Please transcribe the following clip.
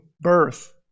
birth